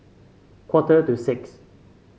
quarter to six